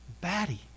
batty